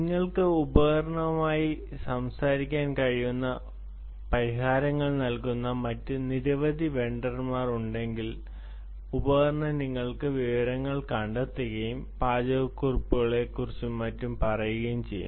നിങ്ങൾക്ക് ഉപകരണവുമായി സംസാരിക്കാൻ കഴിയുന്ന പരിഹാരങ്ങൾ നൽകുന്ന മറ്റ് നിരവധി വെണ്ടർമാർ ഉണ്ടെങ്കിൽ ഉപകരണം നിങ്ങൾക്ക് വിവരങ്ങൾ കണ്ടെത്തുകയും പാചകക്കുറിപ്പുകളെക്കുറിച്ചും മറ്റും പറയുകയും ചെയ്യും